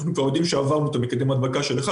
אנחנו כבר יודעים שעברנו את מקדם ההדבקה של 1,